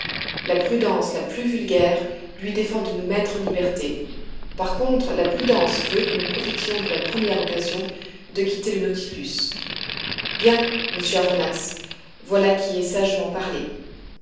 la prudence la plus vulgaire lui défend de nous mettre en liberté par contre la prudence veut que nous profitions de la première occasion de quitter le nautilus bien monsieur aronnax voilà qui est sagement parlé